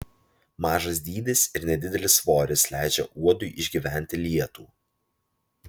mažas dydis ir nedidelis svoris leidžia uodui išgyventi lietų